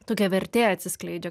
tokia vertė atsiskleidžia